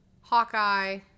Hawkeye